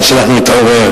עד שאנחנו נתעורר,